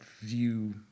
view